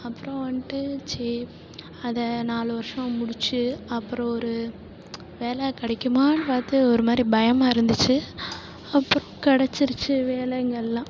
அப்பறம் வந்துட்டு சரி அதை நாலு வருடம் முடித்து அப்புறம் ஒரு வேலை கிடைக்குமானு பார்த்து ஒரு மாதிரி பயமாக இருந்துச்சு அப்புறம் கெடைச்சிருச்சி வேலைங்கெல்லாம்